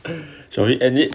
shall we end it